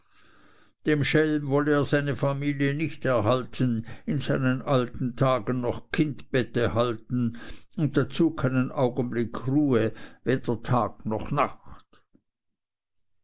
dem schelm wolle er seine familie nicht erhalten in seinen alten tagen noch kindbette halten und dazu keinen augenblick ruhe weder tag noch nacht